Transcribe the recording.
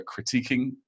critiquing